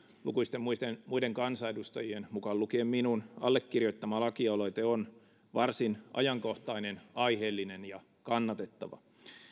lukuisten muiden muiden kansanedustajien mukaan lukien minun allekirjoittama lakialoite on varsin ajankohtainen aiheellinen ja kannatettava